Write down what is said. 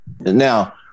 Now